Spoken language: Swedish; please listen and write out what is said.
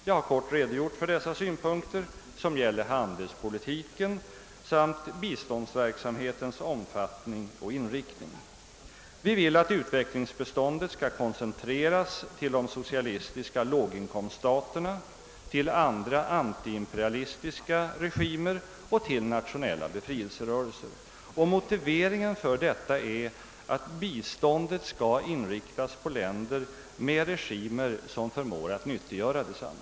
Jag har kort redogjort för de synpunkter som gäller handelspolitiken samt biståndsverksamhetens omfattning och in riktning. Vi vill att utvecklingsbiståndet skall koncentreras till de socialistiska låginkomststaterna, till andra antiimperialistiska regimer och till nationella befrielserörelser. Motiveringen för detta är att biståndet skall inriktas på länder med regimer som förmår att nyttiggöra detsamma.